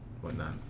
whatnot